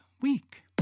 week